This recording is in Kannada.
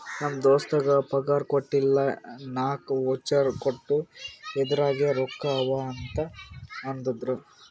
ನಮ್ ದೋಸ್ತಗ್ ಪಗಾರ್ ಕೊಟ್ಟಿಲ್ಲ ನಾಕ್ ವೋಚರ್ ಕೊಟ್ಟು ಇದುರಾಗೆ ರೊಕ್ಕಾ ಅವಾ ನೋಡು ಅಂದ್ರಂತ